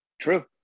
True